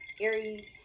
Aries